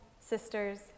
sisters